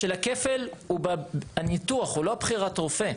של הכפל, הוא בניתוח, הוא לא בחירת הרופא.